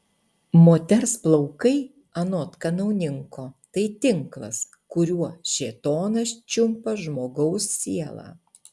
moters plaukai anot kanauninko tai tinklas kuriuo šėtonas čiumpa žmogaus sielą